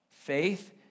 Faith